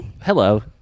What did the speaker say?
hello